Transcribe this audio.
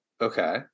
Okay